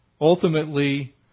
Ultimately